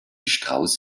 strauß